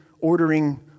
ordering